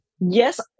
yes